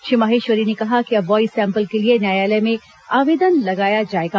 श्री माहेश्वरी ने कहा कि अब वॉइस सैम्पल के लिए न्यायालय में आवेदन लगाया जाएगा